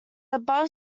above